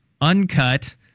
uncut